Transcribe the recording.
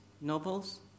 novels